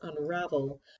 unravel